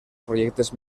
projectes